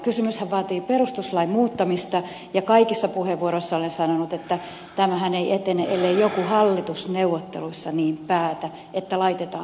kysymyshän vaatii perustuslain muuttamista ja kaikissa puheenvuoroissa olen sanonut että tämähän ei etene ellei joku hallitusneuvotteluissa niin päätä että laitetaan se etenemään